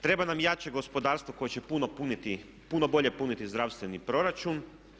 Treba nam jače gospodarstvo koje će puno bolje puniti zdravstveni proračun.